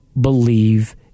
believe